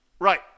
Right